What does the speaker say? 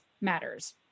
matters